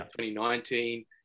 2019